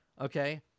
Okay